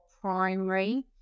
primary